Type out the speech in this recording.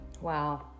Wow